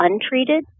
untreated